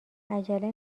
عجله